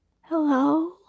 Hello